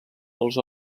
dels